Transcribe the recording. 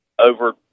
over